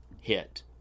hit